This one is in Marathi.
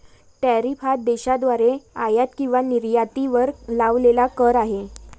टॅरिफ हा देशाद्वारे आयात किंवा निर्यातीवर लावलेला कर आहे